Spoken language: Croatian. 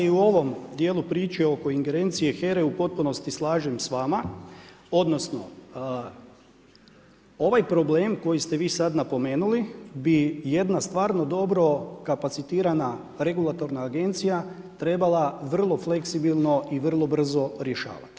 Ja se i u ovom djelu priče oko ingerencije HERA-e u potpunosti slažem s vama, odnosno ovaj problem koji ste vi sad napomenuli, bi jedna stvarno dobro kapacitirana regulatorna agencija trebala vrlo fleksibilno i vrlo brzo rješavati.